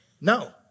No